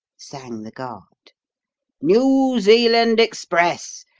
sang the guard new zealand express!